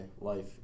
life